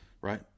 right